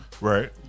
Right